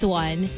one